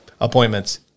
appointments